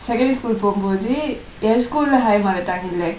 secondary school போம்போது என்:pombothu yen school higher mother tongkue இல்ல:illai